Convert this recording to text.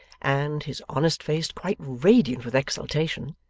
and, his honest face quite radiant with exultation,